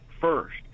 first